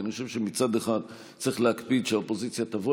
כי אני חושב שמצד אחד צריך להקפיד שהאופוזיציה תבוא